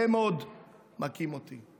והם עוד מכים אותי".